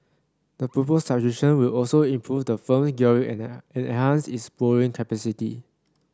the proposed subscription will also improve the firm's gearing and enhance its borrowing capacity